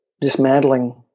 dismantling